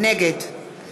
נגד